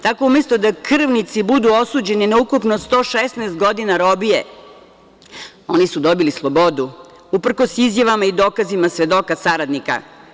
Tako, umesto da krvnici budu osuđeni na ukupno 116 godina robije, oni su dobili slobodu, uprkos izjavama dokazima svedoka saradnika.